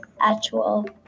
actual